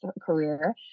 career